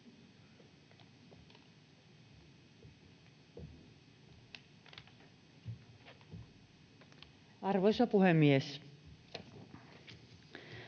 Arvoisa puhemies!